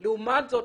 לעומת זאת,